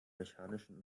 mechanischen